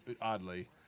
Oddly